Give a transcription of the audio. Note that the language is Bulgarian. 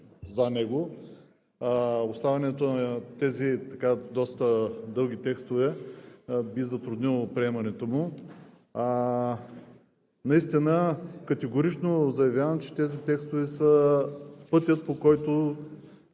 за него. Оставянето на тези доста дълги текстове би затруднило приемането му. Наистина категорично заявявам, че тези текстове са пътят, по който